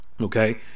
okay